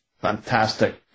fantastic